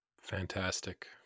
Fantastic